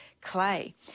clay